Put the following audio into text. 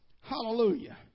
Hallelujah